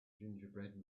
gingerbread